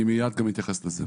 אני מיד גם אתייחס לזה.